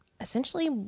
essentially